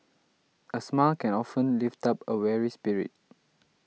a smile can often lift up a weary spirit